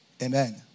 Amen